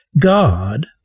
God